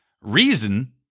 reason